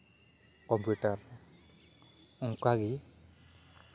computer ᱚᱱᱠᱟᱜᱮ